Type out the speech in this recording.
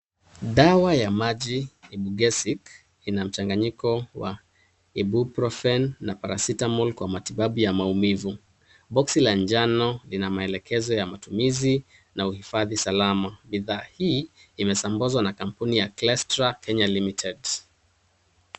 Dawa ya maji Ibugesic ina mchanganyiko wa ibuprofen na paracetamol kwa matibabu ya maumivu. Boksi la njano lina maelekezo ya matumizi na uhifadhi salama. Bidhaa hii imesambazwa na kampuni ya Clestra Kenya Limited .